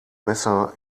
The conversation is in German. messer